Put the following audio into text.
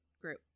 group